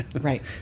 Right